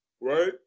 right